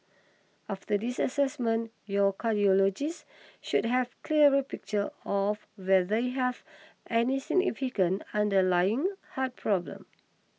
after this assessment your cardiologist should have clearer picture of whether you have any significant underlying heart problem